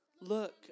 Look